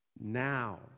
Now